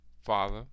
Father